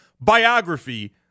biography